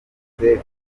ryose